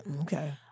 Okay